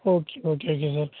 okay okay okay sir